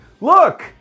Look